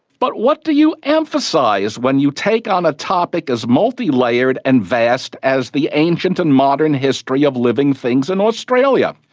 but what do you emphasise ah when you take on a topic as multilayered and vast as the ancient and modern history of living things in australia?